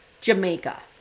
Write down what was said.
Jamaica